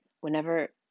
Whenever